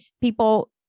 people